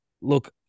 Look